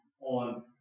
on